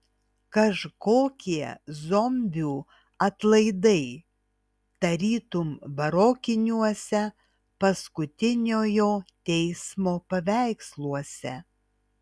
kažkokie zombių atlaidai tarytum barokiniuose paskutiniojo teismo paveiksluose